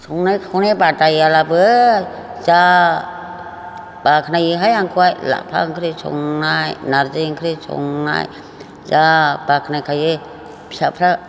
संनाय खावनाय बादायाब्लाबो जा बाख्नायोहाय आंखौ लाफा ओंख्रि संनाय नारजि ओंख्रि संनाय जा बाख्नायखायो फिसाफोरा